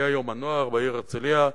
היה "יום הנוער" בעיר הרצלייה.